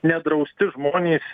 nedrausti žmonės